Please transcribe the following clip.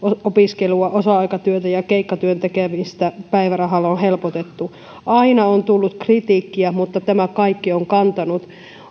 opiskelua osa aikatyötä ja keikkatyön tekemistä päivärahalla helpotettu aina on tullut kritiikkiä mutta tämä kaikki on kantanut